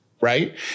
Right